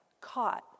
caught